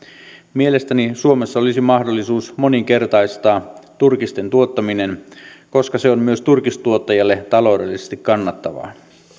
mielestäni suomessa olisi mahdollisuus moninkertaistaa turkisten tuottaminen koska se on myös turkistuottajalle taloudellisesti kannattavaa